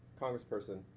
congressperson